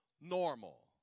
normal